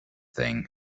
thing